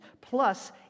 Plus